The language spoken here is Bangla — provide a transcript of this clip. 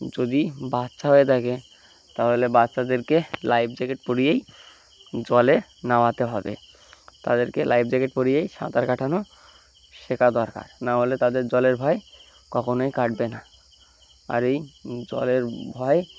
যদি বাচ্চা হয়ে থাকে তাহলে বাচ্চাদেরকে লাইফ জ্যাকেট পরিয়েই জলে নামাতে হবে তাদেরকে লাইফ জ্যাকেট পরিয়েই সাঁতার কাটানো শেখা দরকার না হলে তাদের জলের ভয় কখনোই কাটবে না আর এই জলের ভয়